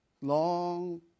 long